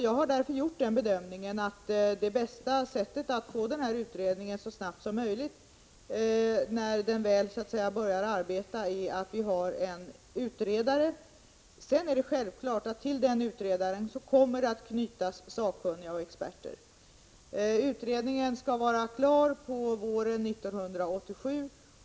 Jag har därför gjort bedömningen att det bästa sättet att få utredningen genomförd så snart som möjligt är att bara ha en utredare. Självfallet kommer sakkunniga och experter att knytas till utredaren. Utredningen skall vara klar våren 1987.